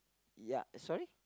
ya sorry